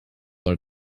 are